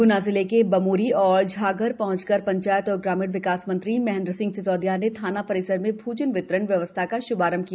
ग्ना जिले के बमोरी और झागर पहंचकर पंचायत एवं ग्रामीण विकास मंत्री महेन्द्र सिंह सिसौदिया ने थाना परिसर में भोजन वितरण व्यवस्था का श्भारंभ किया